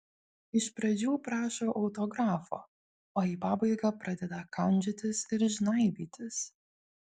iš pradžių prašo autografo o į pabaigą pradeda kandžiotis ir žnaibytis